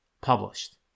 published